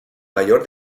mayor